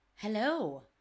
Hello